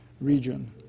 region